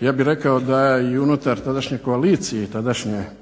ja bih rekao da i unutar tadašnje koalicije i tadašnje Vlade